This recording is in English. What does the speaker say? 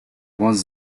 was